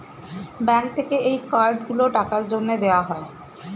bank থেকে এই card গুলো টাকার জন্যে দেওয়া হয়